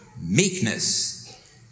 meekness